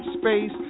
space